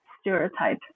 stereotype